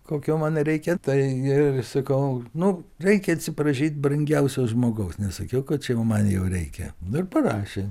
kokio man reikia taigi sakau nu reikia atsiprašyt brangiausio žmogaus nes sakiau kad čia jau man jau reikia nu ir parašė